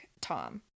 Tom